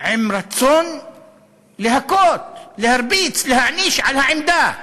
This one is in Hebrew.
עם רצון להכות, להרביץ, להעניש על העמדה,